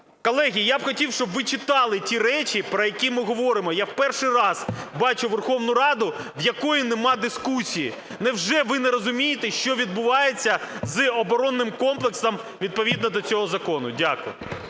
Колеги, я б хотів, щоб ви читали ті речі, про які ми говоримо. Я в перший раз бачу Верховну Раду, в якій нема дискусії. Невже ви не розумієте, що відбувається з оборонним комплексом відповідно до цього закону? Дякую.